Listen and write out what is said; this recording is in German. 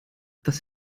das